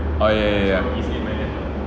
oh ya ya ya